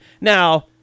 Now